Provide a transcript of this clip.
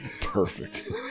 Perfect